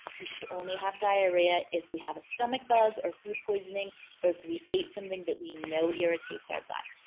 we should only have diarrhea if we have a stomach bug or food poisoning or if we ate something that we know irritates our gut.